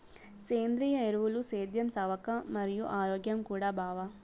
సేంద్రియ ఎరువులు సేద్యం సవక మరియు ఆరోగ్యం కూడా బావ